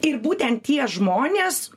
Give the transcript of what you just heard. ir būtent tie žmonės